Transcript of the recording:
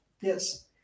Yes